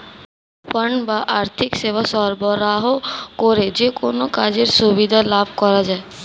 fund বা আর্থিক সেবা সরবরাহ করে যেকোনো কাজের সুবিধা লাভ করা যায়